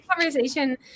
conversation